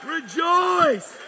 Rejoice